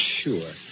sure